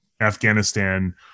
Afghanistan